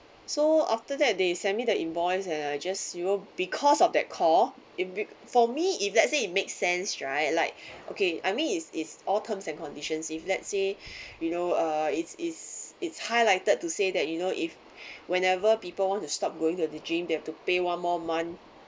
so after that they send me the invoice and I just you know because of that call it make for me if let's say it make sense right like okay I mean it's it's all terms and conditions if let's say you know uh it's it's it's highlighted to say that you know if whenever people want to stop going to the gym they have to pay one more month